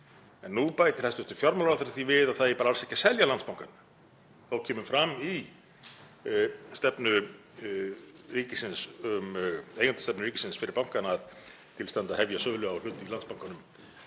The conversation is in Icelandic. En nú bætir hæstv. fjármálaráðherra því við að það eigi bara alls ekki að selja Landsbankann. Þó kemur fram í eigendastefnu ríkisins fyrir bankana að til standi að hefja sölu á hlut í Landsbankanum